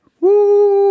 woo